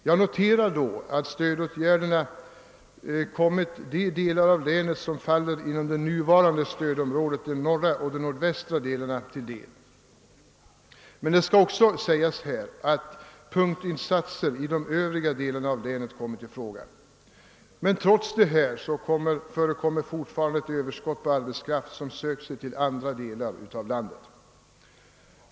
Jag noterar att stödåtgärderna satts in i de delar av länet som faller innanför den nuvarande stödområdesgränsen, d.v.s. de norra och nordvästra delarna, men det skall också sägas att punktinsatser i de övriga delarna av länet kommit i fråga. Trots detta förekommer ett överskott på arbetskraft, som söker sig till andra delar av landet.